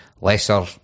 lesser